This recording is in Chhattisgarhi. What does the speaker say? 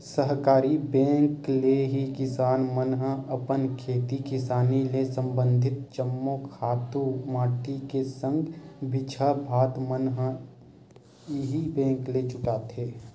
सहकारी बेंक ले ही किसान मन ह अपन खेती किसानी ले संबंधित जम्मो खातू माटी के संग बीजहा भात मन ल इही बेंक ले जुटाथे